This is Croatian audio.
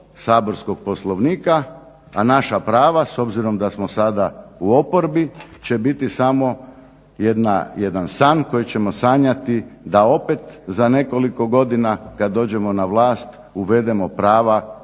saborskog Poslovnika, a naša prava s obzirom da smo sada u oporbi će biti samo jedan san koji ćemo sanjati da opet za nekoliko godina kada dođemo na vlast uvedemo prava